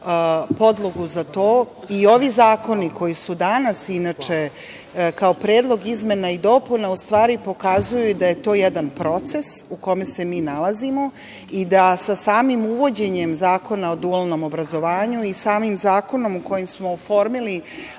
podlogu za to. I ovi zakoni koji su danas kao predlog izmena i dopuna u stvari pokazuju da je to jedan proces u kome se mi nalazimo i da sa samim uvođenjem Zakona o dualnom obrazovanju i samim zakonom kojim smo oformili